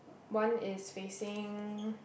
one is facing